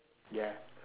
ya